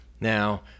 now